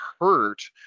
hurt